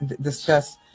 discuss